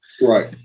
right